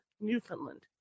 Newfoundland